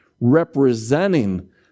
representing